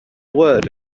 word